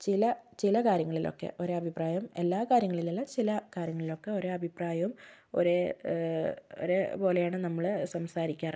ചില ചില കാര്യങ്ങളിൽ ഒക്കെ ഒരേ അഭിപ്രായം എല്ലാ കാര്യങ്ങളിലും ഇല്ല ചില കാര്യങ്ങളിലൊക്കെ ഒരേ അഭിപ്രായവും ഒരേ ഒരേ പോലെയാണ് നമ്മൾ സംസാരിക്കാറ്